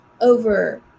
over